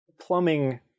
plumbing